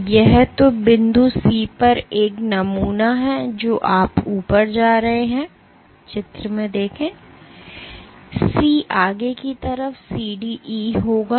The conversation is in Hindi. तो यह तो बिंदु C पर एक नमूना है जो आप ऊपर जा रहे हैं C आगे की तरफ CDE होगा